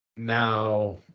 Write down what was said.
now